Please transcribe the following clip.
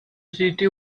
city